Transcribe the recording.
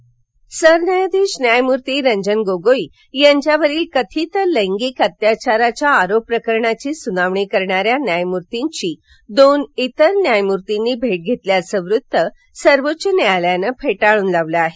गोगोई सरन्यायाधीश न्यायमूर्ती रंजन गोगोई यांच्यावरील कथित लैंगिक अत्याचाराच्या आरोप प्रकरणाची सुनावणी करणाऱ्या न्यायमूर्तीची दोन अन्य न्यायमूर्तींनी भेट घेतल्याचं वृत्त सर्वोच्च न्यायालयानं फेटाळून लावलं आहे